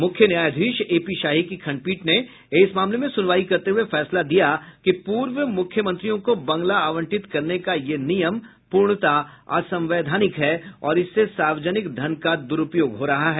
मुख्य न्यायाधीश एपी शाही की खंडपीठ ने इस मामले में सुनवाई करते हुए फैसला दिया कि पूर्व मुख्यमंत्रियों को बंगला आवंटित करने का यह नियम पूर्णतः असंवैधानिक है और इससे सार्वजनिक धन का दुरूपयोग हो रहा है